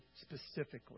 specifically